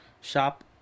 shop